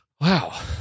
wow